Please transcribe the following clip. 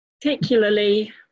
Particularly